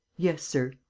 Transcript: yes, sir.